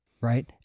Right